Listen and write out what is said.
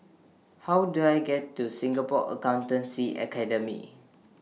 How Do I get to Singapore Accountancy Academy